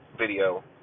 video